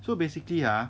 so basically ah